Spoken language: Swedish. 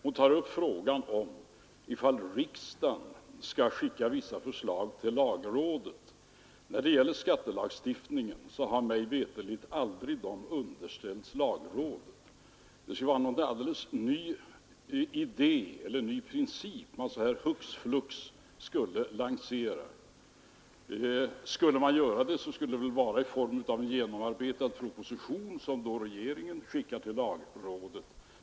Fru Nettelbrandt talade om att riksdagen borde skicka vissa förslag till lagrådet, men vad skattelagstiftningen beträffar har den mig veterligen aldrig underställts lagrådet. Det skulle därför vara en alldeles ny princip, om vi här hux flux lanserade den metoden. Men om vi skulle göra det, så skulle det väl vara i form av en genomarbetad proposition, som regeringen skickar till lagrådet.